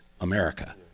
America